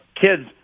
kids